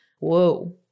Whoa